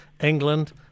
England